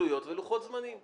עלויות ולוחות זמנים.